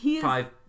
Five